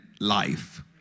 life